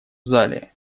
зале